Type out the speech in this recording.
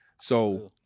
So-